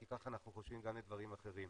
כי כך אנחנו חושבים גם בדברים אחרים.